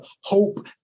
hope